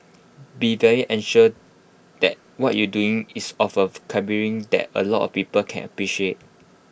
be very assured that what you're doing is of A calibre that A lot of people can appreciate